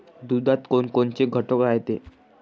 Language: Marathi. दुधात कोनकोनचे घटक रायते?